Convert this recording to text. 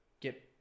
get